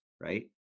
right